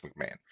McMahon